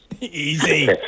Easy